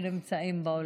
נמצאים באולם.